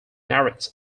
narrates